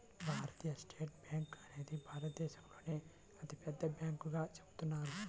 భారతీయ state bank అనేది భారతదేశంలోనే అతిపెద్ద బ్యాంకుగా చెబుతారు